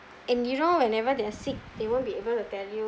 and you know whenever they are sick they won't be able to tell you